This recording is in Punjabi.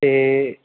ਅਤੇ